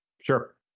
Sure